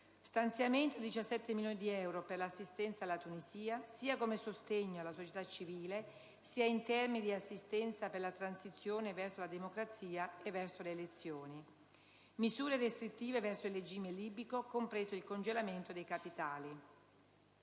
stanziamento di 17 milioni di euro per l'assistenza alla Tunisia, sia come sostegno alla società civile, sia in termini di assistenza per la transizione verso la democrazia e verso le elezioni; misure restrittive verso il regime libico, compreso il congelamento dei capitali.